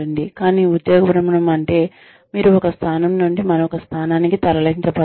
కానీ ఉద్యోగ భ్రమణం అంటే మీరు ఒక స్థానం నుండి మరొక స్థానానికి తరలించబడతారు